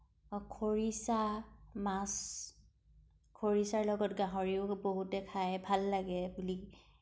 খৰিছা মাছ খৰিছাৰ লগত গাহৰিও বহুতে খায় ভাল লাগে বুলি